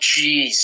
Jeez